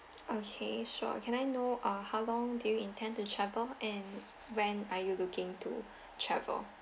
okay sure can I know uh how long do you intend to travel and when are you looking to travel